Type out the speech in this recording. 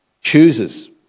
chooses